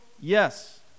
Yes